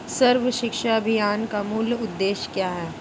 सर्व शिक्षा अभियान का मूल उद्देश्य क्या है?